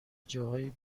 جاهای